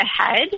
ahead